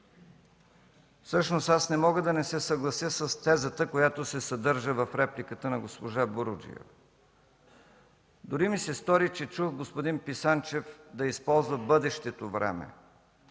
Всъщност аз не мога да не се съглася с тезата, която се съдържа в репликата на госпожа Буруджиева. Дори ми се стори, че чух господин Писанчев да използва бъдещето време.